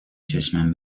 چشمم